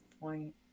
point